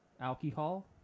alcohol